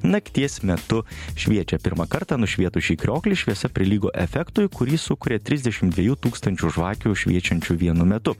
nakties metu šviečia pirmą kartą nušvietus šį krioklį šviesa prilygo efektui kurį sukuria trisdešim dviejų tūkstančių žvakių šviečiančių vienu metu